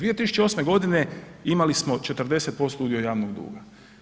2008. imali smo 40% udio javnog duga.